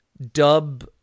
dub